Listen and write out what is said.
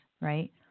Right